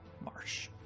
Marsh